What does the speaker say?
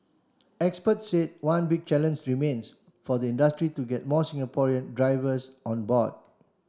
experts said one big challenge remains for the industry to get more Singaporean drivers on board